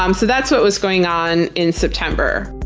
um so that's what was going on in september,